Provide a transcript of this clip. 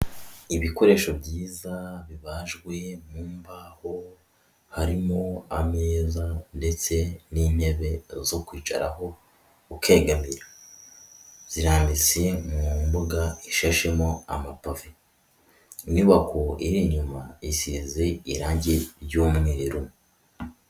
Ibikoresho byiza bibajwe mu mbaho, harimo ameza ndetse n'intebe zo kwicaraho ukegamira, zirambitse mu mbuga ishashemo amapave, inyubako iri inyuma isize irangi ry'umweru.